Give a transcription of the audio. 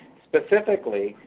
specifically,